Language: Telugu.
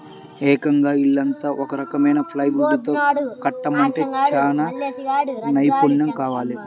ఏకంగా ఇల్లంతా ఒక రకం ప్లైవుడ్ తో కట్టడమంటే చానా నైపున్నెం కావాలి